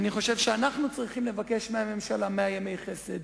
אני חושב שאנחנו צריכים לבקש מהממשלה מאה ימי חסד.